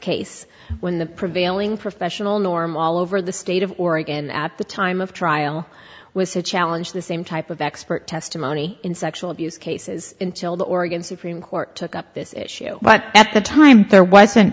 case when the prevailing professional norm all over the state of oregon at the time of trial was to challenge the same type of expert testimony in sexual abuse cases until the oregon supreme court took up this issue but at the time there wasn't